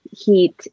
heat